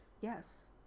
yes